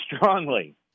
strongly